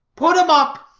put em up,